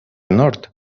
nord